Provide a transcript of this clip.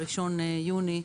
ב-1 ביוני,